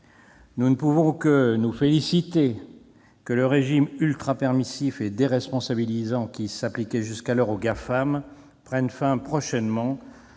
Nous ne pouvons que nous féliciter de ce que le régime ultra-permissif et déresponsabilisant qui s'appliquait jusqu'alors aux Gafam prenne fin prochainement,